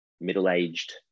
middle-aged